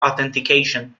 authentication